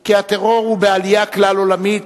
כי הטרור הוא בעיה כלל-עולמית,